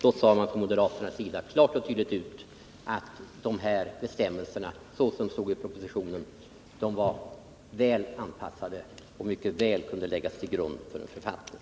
Då sade man från moderaternas sida klart och tydligt att dessa bestämmelser, så som de angavs i propositionen, var väl anpassade och mycket väl kunde läggas till grund för en författning.